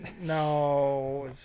No